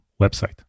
website